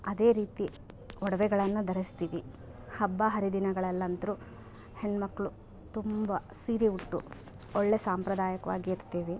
ಅದೇ ರೀತಿ ಒಡವೆಗಳನ್ನು ಧರ್ಸ್ತೀವಿ ಹಬ್ಬ ಹರಿದಿನಗಳಲ್ಲಂತೂ ಹೆಣ್ಮಕ್ಕಳು ತುಂಬ ಸೀರೆ ಉಟ್ಟು ಒಳ್ಳೆಯ ಸಾಂಪ್ರದಾಯಿಕ್ವಾಗಿ ಇರ್ತೀವಿ